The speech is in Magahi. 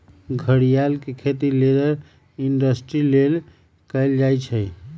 घरियार के खेती लेदर इंडस्ट्री लेल कएल जाइ छइ